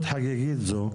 בהזדמנות חגיגית זו,